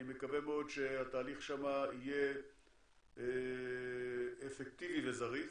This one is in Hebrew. אני מקווה מאוד שהתהליך שם יהיה אפקטיבי וזריז